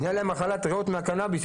ונהייתה להם מחלת ריאות מהקנביס.